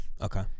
Okay